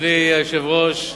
אדוני היושב-ראש,